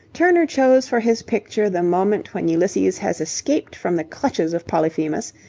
turner chose for his picture the moment when ulysses has escaped from the clutches of polyphemus,